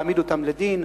להעמיד אותם לדין.